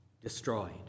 destroyed